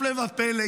הפלא ופלא,